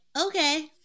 okay